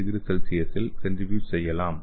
C க்கு centrifuge செய்யலாம்